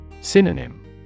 Synonym